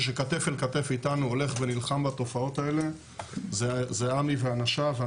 שהולך איתנו כתף אל כתף ונלחם בתופעות האלה זה עמרם ואנשיו.